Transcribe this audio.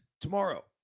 tomorrow